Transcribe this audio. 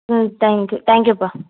ம் தேங்க்யூ தேங்க்யூபா